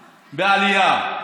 בעלייה.